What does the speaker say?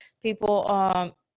people